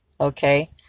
Okay